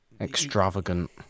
extravagant